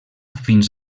fins